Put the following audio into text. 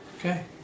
Okay